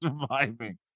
surviving